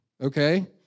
Okay